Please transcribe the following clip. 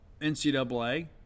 NCAA